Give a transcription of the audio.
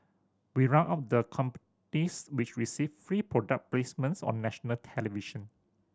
we round up the companies which received free product placements on national television